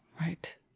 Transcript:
right